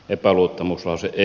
epäluottamuslause ei